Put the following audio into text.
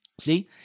See